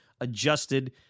Adjusted